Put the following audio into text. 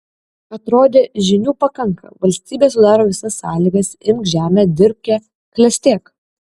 atrodė žinių pakanka valstybė sudaro visas sąlygas imk žemę dirbk ją klestėk